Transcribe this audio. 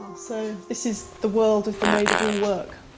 so this is the world of the maid-of-all-work.